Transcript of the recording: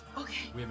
Okay